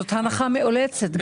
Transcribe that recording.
זאת הנחה מאולצת.